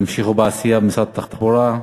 תמשיכו בעשייה במשרד התחבורה.